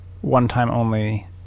one-time-only